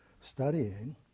studying